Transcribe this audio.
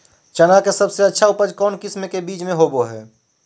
चना के सबसे अच्छा उपज कौन किस्म के बीच में होबो हय?